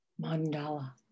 mandala